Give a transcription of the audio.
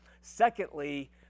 Secondly